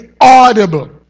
audible